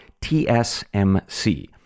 TSMC